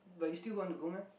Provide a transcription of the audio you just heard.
but you still want to go meh